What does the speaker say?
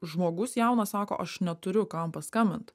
žmogus jaunas sako aš neturiu kam paskambint